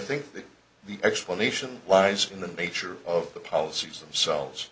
think the explanation lies in the nature of the policies themselves